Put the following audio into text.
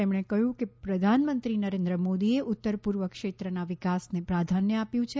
તેમણે કહ્યું કે પ્રધાનમંત્રી નરેન્દ્ર મોદીએ ઉત્તર પૂર્વ ક્ષેત્રના વિકાસને પ્રાધાન્ય આપ્યું છે